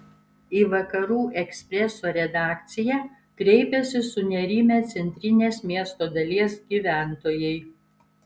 į vakarų ekspreso redakciją kreipėsi sunerimę centrinės miesto dalies gyventojai